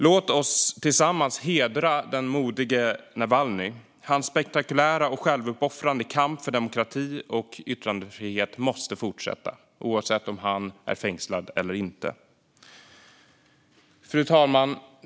Låt oss tillsammans hedra den modige Navalnyj. Hans spektakulära och självuppoffrande kamp för demokrati och yttrandefrihet måste fortsätta oavsett om han är fängslad eller inte. Fru talman!